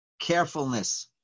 carefulness